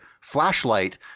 flashlight